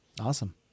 Awesome